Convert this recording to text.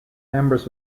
members